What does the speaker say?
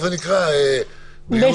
כן מסעדות --- גור,